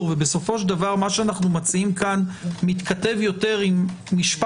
ובסופו של דבר מה שאנו מציעים פה מתכתב יותר עם משפחת